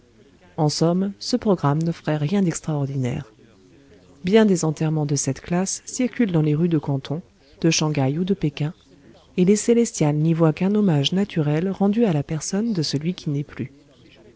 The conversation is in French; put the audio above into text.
en somme ce programme n'offrait rien d'extraordinaire bien des enterrements de cette classe circulent dans les rues de canton de shang haï ou de péking et les célestials n'y voient qu'un hommage naturel rendu à la personne de celui qui n'est plus